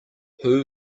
who